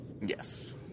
Yes